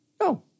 No